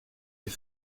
est